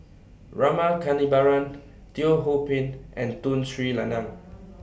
Rama Kannabiran Teo Ho Pin and Tun Sri Lanang